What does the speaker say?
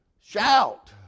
Shout